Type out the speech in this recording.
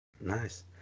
Nice